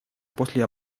после